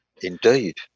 Indeed